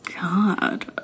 God